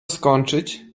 skończyć